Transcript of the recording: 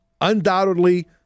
undoubtedly